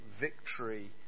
victory